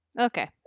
Okay